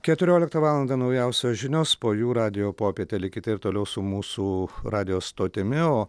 keturioliktą valandą naujausios žinios po jų radijo popietė likite ir toliau su mūsų radijo stotimi o